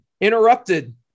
interrupted